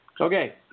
Okay